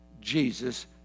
jesus